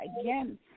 Again